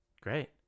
Great